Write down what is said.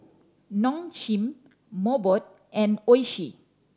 Nong Shim Mobot and Oishi